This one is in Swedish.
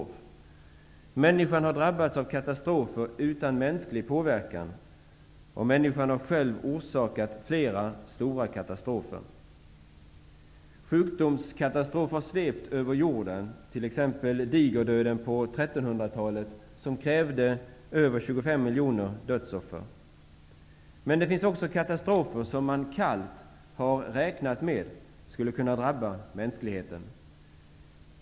Människan har drabbats av katastrofer utan mänsklig påverkan, och människan har själv orsakat flera stora katastrofer. Sjukdomskatastrofer har svept över jorden, såsom digerdöden på 1300-talet, som krävde över 25 miljoner dödsoffer. Men det finns också katastrofer som man kallt har räknat med skulle kunna drabba mänskligheten.